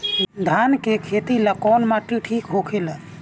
धान के खेती ला कौन माटी ठीक होखेला?